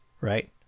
right